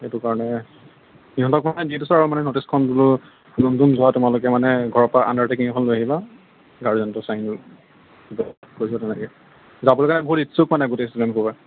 সেইটো কাৰণে সিহঁতক মানে দি দিছোঁ আৰু মানে ন'টিছখন বোলো যোন যোন যোৱা তোমালোকে মানে ঘৰৰ পৰা আণ্ডাৰ্টেকিং এখন লৈ আহিবা গাৰ্জেনৰ চাইন লৈ কৈছোঁ তেনেকৈ যাবলৈ বহুত ইচ্ছুক মানে গোটেই ষ্টুডেণ্টসোপা